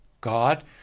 God